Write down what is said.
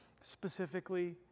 specifically